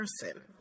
person